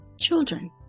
children